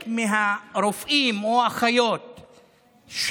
חלק מהרופאים או האחיות שמותקפים